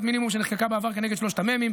מינימום שנחקקה בעבר כנגד שלושת המ"מים,